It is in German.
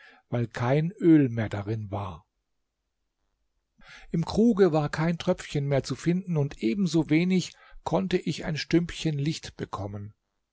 weil kein öl mehr darin war im kruge war kein tröpfchen mehr zu finden und ebensowenig konnte ich ein stümpchen licht bekommen